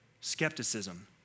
skepticism